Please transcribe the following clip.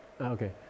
Okay